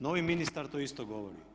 Novi ministar to isto govori.